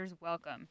Welcome